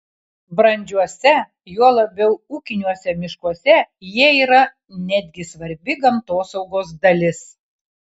brandžiuose juo labiau ūkiniuose miškuose jie yra netgi svarbi gamtosaugos dalis